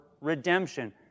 redemption